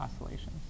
oscillations